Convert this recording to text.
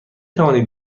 توانید